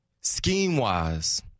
scheme-wise